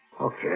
Okay